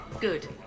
Good